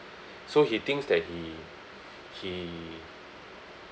so he thinks that he he